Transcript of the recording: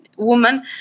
Woman